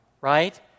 right